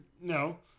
no